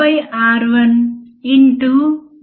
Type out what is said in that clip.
కాబట్టి మళ్ళీ సుమన్ మాకు సహాయం చేయబోతున్నాడు